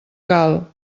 cal